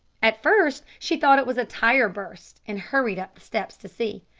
at first she thought it was a tyre burst and hurried up the steps to see.